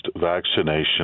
vaccination